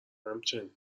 همچنین